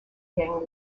gang